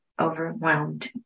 overwhelmed